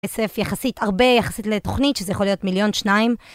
כסף יחסית הרבה, יחסית לתוכנית שזה יכול להיות מיליון, שניים.